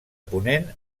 ponent